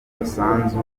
umusanzu